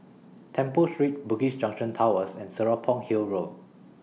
Temple Street Bugis Junction Towers and Serapong Hill Road